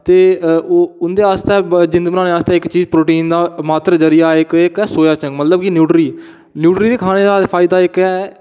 ते ओह् उं'दे आस्तै जिंद बनाने आस्तै प्रोटीन दा इक्क मात्तर जरिया एह् ऐ के सोयाचंक्स मतलब की न्येटरी न्यूटरी दा खाने दा फायदा इक्क ऐ